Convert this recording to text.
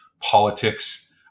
politics